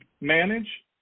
manage